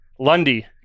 Lundy